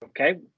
Okay